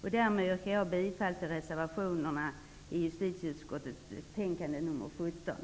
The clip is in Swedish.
Därmed yrkar jag bifall till reservationerna till justitieutskottets betänkande nr 17.